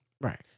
Right